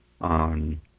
on